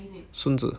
孙子